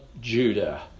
Judah